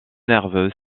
nerveux